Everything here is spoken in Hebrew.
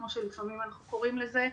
כמו שלפעמים אנחנו קוראים לזה,